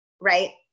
right